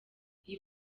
iyi